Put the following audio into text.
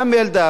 מה עם ילדיו?